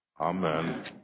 Amen